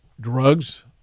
drugs